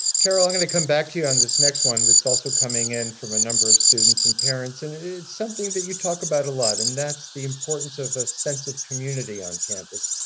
carol, i'm going to come back to you on this next one that's also coming in from a number of students and parents and it's something that you talk about a lot and that's the importance of a sense of community on campus.